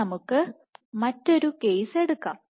ഇനി നമുക്ക് മറ്റൊരു കേസ് എടുക്കാം